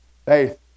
Faith